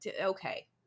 Okay